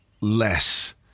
less